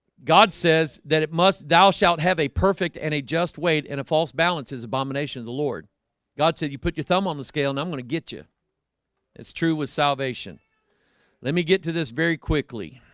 god says that it must thou shalt have a perfect and a just wait and a false balances abomination of the lord god said you put your thumb on the scale and i'm gonna get you it's true with salvation let me get to this very quickly